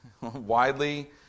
widely